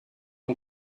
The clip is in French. ont